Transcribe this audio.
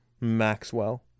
Maxwell